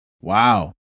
Wow